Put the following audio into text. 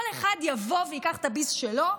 כל אחד יבוא וייקח את הביס שלו,